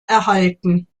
erhalten